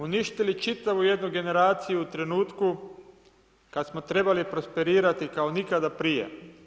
Uništili čitavu jednu generaciju u trenutku kada smo trebali prosperirati kao nikada prije.